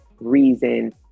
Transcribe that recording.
reason